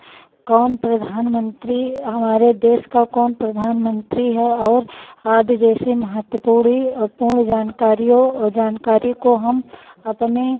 कौन प्रधानमन्त्री हमारे देश का कौन प्रधानमन्त्री है और आदि जैसी महत्त्वपूर्ण और पूर्ण जानकारियों और जानकारी को हम अपने